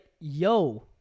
yo